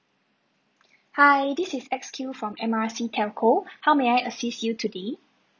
hi this is X Q from M R C telco how may I assist you today